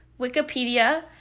Wikipedia